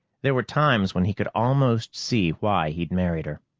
there were times when he could almost see why he'd married her.